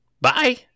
bye